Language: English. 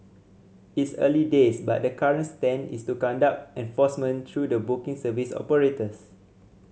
it's early days but the current stance is to conduct enforcement through the booking service operators